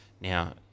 Now